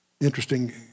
Interesting